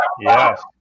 Yes